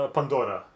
Pandora